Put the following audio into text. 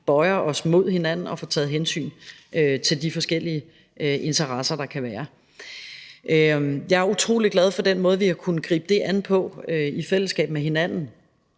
bøjer os mod hinanden og får taget hensyn til de forskellige interesser, der kan være. Jeg er utrolig glad for den måde, vi har kunnet gribe det an på i fællesskab med hinanden,